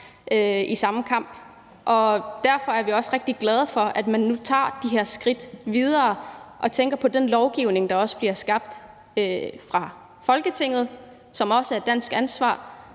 samme kamp. Derfor er vi også rigtig glade for, at man nu går de her skridt videre og tænker på, at der for den lovgivning, der bliver lavet i Folketinget, også er et dansk ansvar